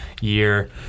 year